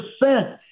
percent